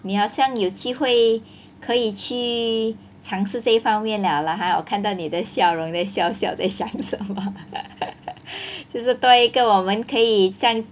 你好像有机会可以去尝试这一方面了 lah !huh! 我看到你的笑容在笑笑在想什么 就是多一个我们可以像